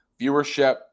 Viewership